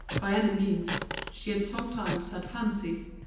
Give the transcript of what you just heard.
by any means she had sometimes had fancies,